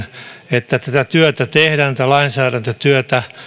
että tätä työtä tehdään tätä lainsäädäntötyötä